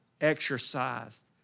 exercised